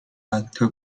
altra